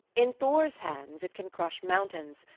in thor's hands it can crush mountains,